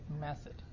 method